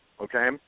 okay